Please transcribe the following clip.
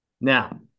Now